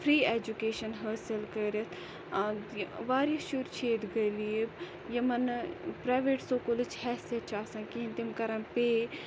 education حٲصل کٔرٕتھ واریاہ شُرۍ چھِ ییٚتہِ غریٖب یِمَن نہٕ پرایویٹ سکولٕچ حیثیَت چھِ آسان کِہیٖنۍ تِم کَران پے